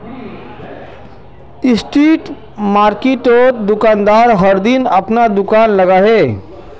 street मार्किटोत दुकानदार हर दिन अपना दूकान लगाहा